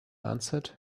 answered